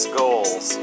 goals